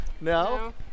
No